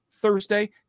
Thursday